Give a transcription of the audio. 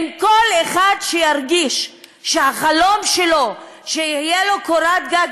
עם כל אחד שירגיש שהחלום שלו שתהיה לו קורת גג